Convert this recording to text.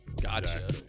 gotcha